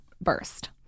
burst